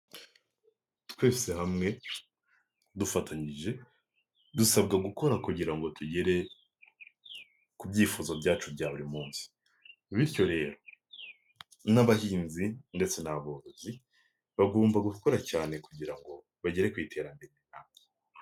Twese hamwe dufatanyije, dusabwa gukora kugira ngo tugere ku byifuzo byacu bya buri munsi bityo rero n'abahinzi ndetse n'aborozi bagomba gukora cyane kugira ngo bagere ku iterambere.